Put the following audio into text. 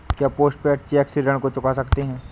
क्या post paid cheque से ऋण को चुका सकते हैं?